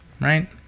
Right